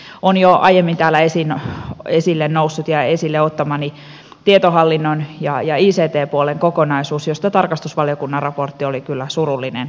yksi on jo aiemmin täällä esille noussut ja esille ottamani tietohallinnon ja ict puolen kokonaisuus josta tarkastusvaliokunnan raportti oli kyllä surullinen kertoma